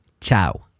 ciao